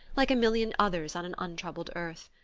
like a million others on an untroubled earth.